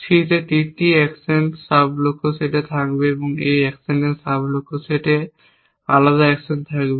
C এই তিনটি action sub লক্ষ্য সেটে থাকবে এই অ্যাকশনের সাব লক্ষ্য সেটে আলাদা অ্যাকশন থাকবে